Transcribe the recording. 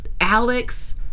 Alex